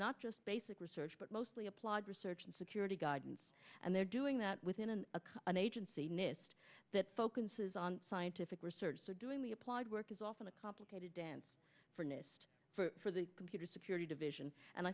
not just basic research but mostly applied research and security guidance and they're doing that within an an agency nist that focuses on scientific research so doing we applied work is often a complicated dance for nist for the computer security division and i